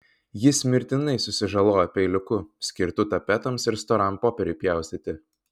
jis mirtinai susižalojo peiliuku skirtu tapetams ir storam popieriui pjaustyti